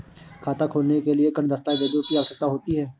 खाता खोलने के लिए किन दस्तावेजों की आवश्यकता होती है?